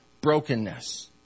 brokenness